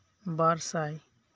ᱵᱟᱨᱥᱟᱭ